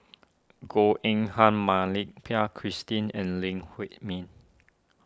Goh Eng Han Mak Lai Peng Christine and Lee Huei Min